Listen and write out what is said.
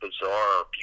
bizarre